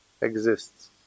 exists